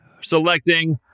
selecting